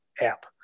app